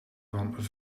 van